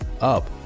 up